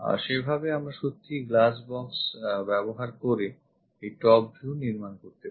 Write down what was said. সেভাবে আমরা সত্যিই glass box ব্যবহার করে এই top view নির্মান করতে পারি